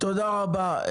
תודה רבה.